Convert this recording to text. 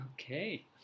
Okay